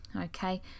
okay